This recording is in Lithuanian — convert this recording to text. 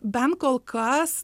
bent kol kas